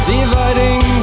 Dividing